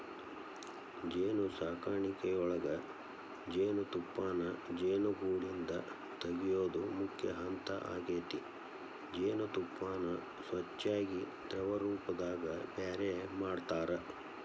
ಜೇನುಸಾಕಣಿಯೊಳಗ ಜೇನುತುಪ್ಪಾನ ಜೇನುಗೂಡಿಂದ ತಗಿಯೋದು ಮುಖ್ಯ ಹಂತ ಆಗೇತಿ ಜೇನತುಪ್ಪಾನ ಸ್ವಚ್ಯಾಗಿ ದ್ರವರೂಪದಾಗ ಬ್ಯಾರೆ ಮಾಡ್ತಾರ